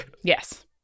Yes